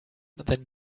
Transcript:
than